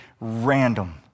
random